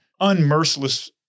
unmerciless